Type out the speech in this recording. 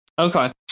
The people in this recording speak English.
Okay